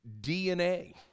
DNA